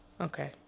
Okay